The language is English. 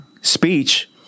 Speech